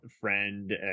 friend